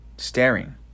staring